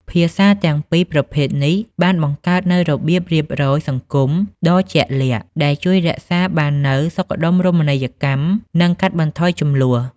ភាសាទាំងពីរប្រភេទនេះបានបង្កើតនូវរបៀបរៀបរយសង្គមដ៏ជាក់លាក់ ដែលជួយរក្សាបាននូវសុខដុមរមណីយកម្ម និងកាត់បន្ថយជម្លោះ។